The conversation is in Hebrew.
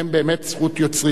באמת זכות יוצרים,